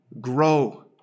grow